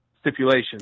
stipulation